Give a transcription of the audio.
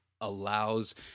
allows